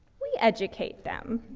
we educate them.